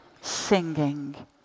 singing